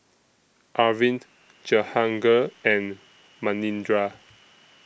Arvind Jehangirr and Manindra